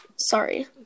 Sorry